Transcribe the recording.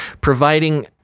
providing